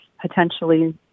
potentially